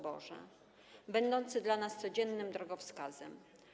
Boże będące dla nas codziennym drogowskazem.